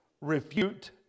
refute